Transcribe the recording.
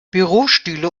bürostühle